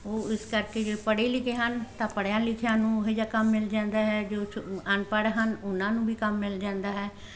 ਉਹ ਇਸ ਕਰਕੇ ਪੜ੍ਹੇ ਲਿਖੇ ਹਨ ਤਾਂ ਪੜ੍ਹਿਆ ਲਿਖਿਆ ਨੂੰ ਉਹੋ ਜਿਹਾ ਕੰਮ ਮਿਲ ਜਾਂਦਾ ਹੈ ਜੋ ਅਨਪੜ੍ਹ ਹਨ ਉਹਨਾਂ ਨੂੰ ਵੀ ਕੰਮ ਮਿਲ ਜਾਂਦਾ ਹੈ